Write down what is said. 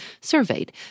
surveyed